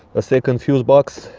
a second fuse box,